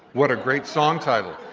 what a great song title.